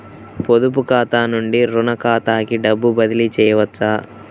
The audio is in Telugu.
పొదుపు ఖాతా నుండీ, రుణ ఖాతాకి డబ్బు బదిలీ చేయవచ్చా?